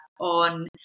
on